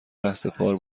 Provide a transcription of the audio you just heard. رهسپار